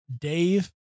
Dave